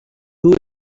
who